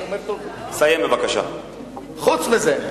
חוץ מזה,